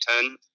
Ten